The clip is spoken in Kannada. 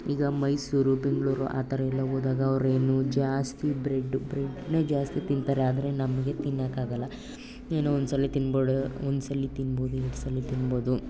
ಈಗ ಮೈಸೂರು ಬೆಂಗಳೂರು ಆ ಥರ ಎಲ್ಲ ಹೋದಾಗ ಅವರೇನು ಜಾಸ್ತಿ ಬ್ರೆಡ್ಡು ಬ್ರೆಡ್ನೆ ಜಾಸ್ತಿ ತಿಂತಾರೆ ಆದರೆ ನಮಗೆ ತಿನ್ನೋಕ್ಕಾಗಲ್ಲ ಏನೋ ಒಂದ್ಸಲ ತಿನ್ಬೋದು ಒಂದ್ಸಲ ತಿನ್ಬೋದು ಎರಡ್ಸಲ ತಿನ್ಬೋದು